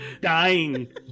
dying